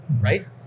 right